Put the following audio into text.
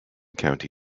county